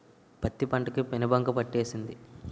పత్తి పంట కి పేనుబంక పట్టేసింది